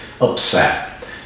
upset